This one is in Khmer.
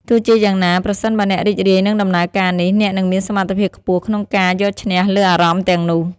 ទោះជាយ៉ាងណា ប្រសិនបើអ្នករីករាយនឹងដំណើរការនេះ អ្នកនឹងមានសមត្ថភាពខ្ពស់ក្នុងការយកឈ្នះលើអារម្មណ៍ទាំងនោះ។